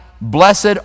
blessed